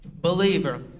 believer